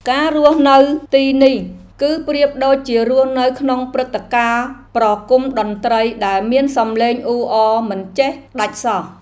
ការរស់នៅទីនេះ គឺប្រៀបដូចជារស់នៅក្នុងព្រឹត្តិការណ៍ប្រគំតន្ត្រីដែលមានសំឡេងអ៊ូអរមិនចេះដាច់សោះ។